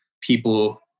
people